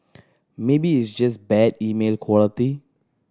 maybe it's just bad email quality